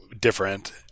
different